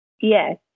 Yes